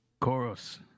Chorus